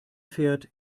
fährt